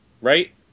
right